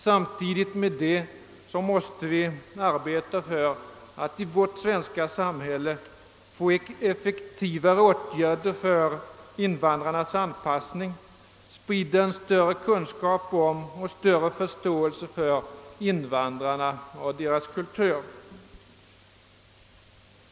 Samtidigt därmed måste vi arbeta för att i vårt svenska samhälle få till stånd effektivare åtgärder för invandrarnas anpassning samt sprida större kunskap om och bättre förståelse för invandrarna och deras kultur.